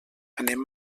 anem